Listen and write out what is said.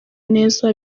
neza